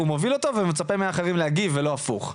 הוא מוביל אותו ואז הוא מצפה מאחרים להגיב ולא הפוך.